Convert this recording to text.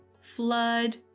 flood